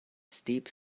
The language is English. steep